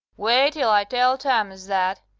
wait till i tell thomas that.